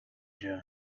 jail